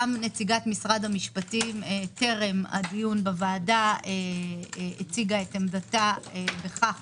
גם נציגת משרד המשפטים טרם הדיון בוועדה הציגה את עמדתה בכך